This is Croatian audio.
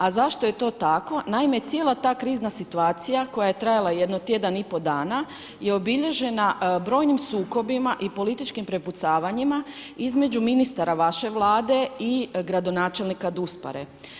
A zašto je to tako, naime cijela ta krizna situacija koja je trajala jedno tjedno i pol dana je obilježena brojnim sukobima i političkim prepucavanjima između ministara vaše Vlade i gradonačelnika Duspare.